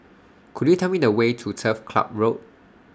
Could YOU Tell Me The Way to Turf Club Road